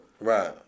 Right